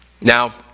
Now